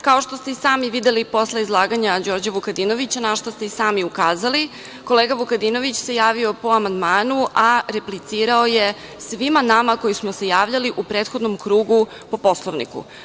Kao što ste i sami videli, posle izlaganja Đorđa Vukadinovića, na šta ste i sami ukazali, kolega Vukadinović se javio po amandmanu, a replicirao je svima nama koji smo se javljali u prethodnom krugu po Poslovniku.